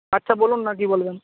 আচ্ছা বলুন না কী বলবেন